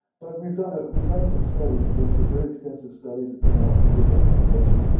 but we've done ah we've done some studies. we've done some very extensive studies at some of our bigger organizations.